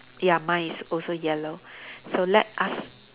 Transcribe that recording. ya mine is also yellow so let us